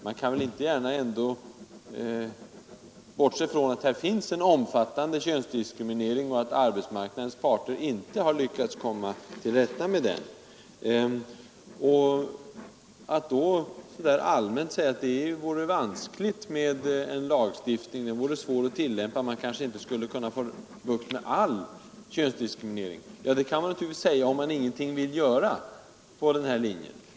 Man kan väl ändå inte gärna bortse från att här finns en omfattande könsdiskriminering och att arbetsmarknadens parter har misslyckats med att komma till rätta med den. Kan man då helt allmänt säga att det vore vanskligt med en lagstiftning, den skulle bli svår att tillämpa och man kanske inte skulle få bukt med all könsdiskriminering? Ja, det kan man naturligtvis säga, om man ingenting vill göra i detta fall.